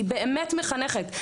היא באמת מחנכת,